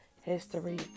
History